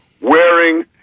wearing